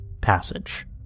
passage